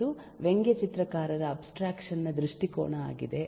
ಇದು ವ್ಯಂಗ್ಯಚಿತ್ರಕಾರರ ಅಬ್ಸ್ಟ್ರಾಕ್ಷನ್ ನ ದೃಷ್ಟಿಕೋನ ಆಗಿದೆ